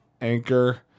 Anchor